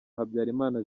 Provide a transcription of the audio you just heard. habyarimana